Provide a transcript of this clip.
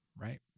right